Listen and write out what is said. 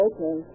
Okay